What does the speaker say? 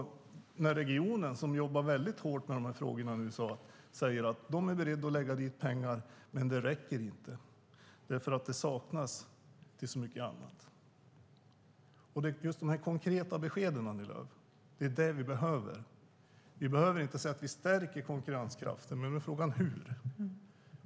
Inom regionen jobbar man väldigt hårt med de här frågorna och säger att man är beredd att lägga till pengar, men det räcker inte, för det saknas till så mycket annat. Det är konkreta besked vi behöver, Annie Lööf. Det räcker inte att säga att regeringen stärker konkurrenskraften - frågan är hur.